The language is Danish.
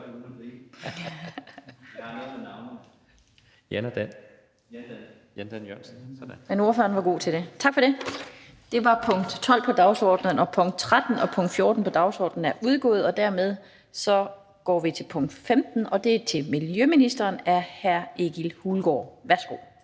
Jan E. Jørgensen.